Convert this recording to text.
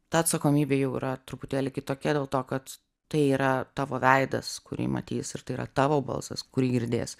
ta atsakomybė jau yra truputėlį kitokia dėl to kad tai yra tavo veidas kurį matys ir tai yra tavo balsas kurį girdės